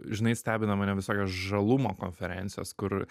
žinai stebina mane visokios žalumo konferencijos kur